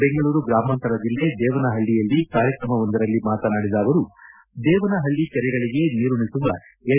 ಬೆಂಗಳೂರು ಗ್ರಾಮಾಂತರ ಜಿಲ್ಲೆ ದೇವನಹಳ್ಳಯಲ್ಲಿ ಕಾರ್ಯಕ್ರಮವೊಂದರಲ್ಲಿ ಮಾತನಾಡಿದ ಅವರು ದೇವನಹಳ್ಳ ಕೆರೆಗಳಿಗೆ ನೀರುಣಿಸುವ ಎನ್